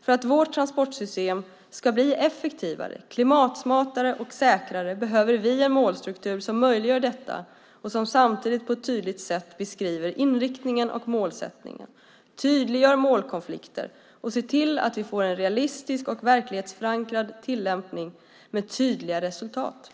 För att vårt transportsystem ska bli effektivare, klimatsmartare och säkrare behöver vi en målstruktur som möjliggör detta och som samtidigt på ett tydligt sätt beskriver inriktningen och målsättningen, tydliggör målkonflikter och ser till att vi får en realistisk och verklighetsförankrad tillämpning med tydliga resultat.